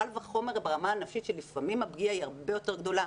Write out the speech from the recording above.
אבל קל וחומר ברמה הנפשית כאשר לפעמים הפגיעה היא הרבה יותר גדולה.